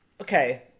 Okay